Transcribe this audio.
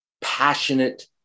passionate